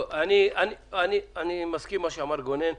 אני מסכים עם מה שאמר גונן.